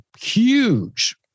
huge